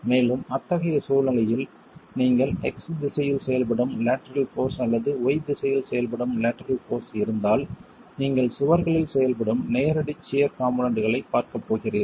மேலும் அத்தகைய சூழ்நிலையில் நீங்கள் x திசையில் செயல்படும் லேட்டரல் போர்ஸ் அல்லது y திசையில் செயல்படும் லேட்டரல் போர்ஸ் இருந்தால் நீங்கள் சுவர்களில் செயல்படும் நேரடி சியர் காம்போனென்ட்களைப் பார்க்கப் போகிறீர்கள்